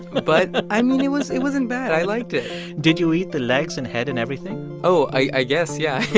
but, but i mean, it was it wasn't bad. i liked it did you eat the legs and head and everything? oh, i guess, yeah,